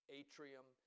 atrium